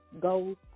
goals